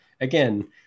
again